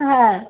হ্যাঁ